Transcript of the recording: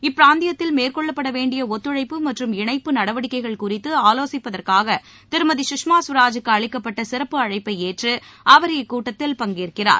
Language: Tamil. இப்பிராந்தியத்தில் மேற்கொள்ளப்படவேண்டிய ஒத்துழைப்பு மற்றும் இணைப்பு நடவடிக்கைகள் குறித்து ஆலோசிப்பதற்காக திருமதி சுஷ்மா ஸ்வராஜிற்கு அளிக்கப்பட்ட சிறப்பு அழைப்பை ஏற்று அவர் இக்கூட்டத்தில் பங்கேற்கிறார்